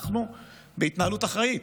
אנחנו בהתנהלות אחראית.